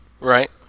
Right